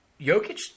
Jokic